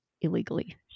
illegally